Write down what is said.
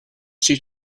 she